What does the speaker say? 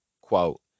Quote